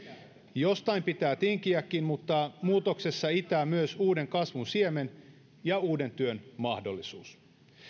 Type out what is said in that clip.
jostain pitää tinkiäkin mutta muutoksessa itää myös uuden kasvun siemen ja uuden työn mahdollisuus